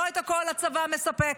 לא את הכול הצבא מספק.